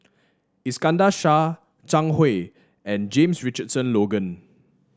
Iskandar Shah Zhang Hui and James Richardson Logan